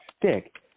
stick